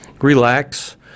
relax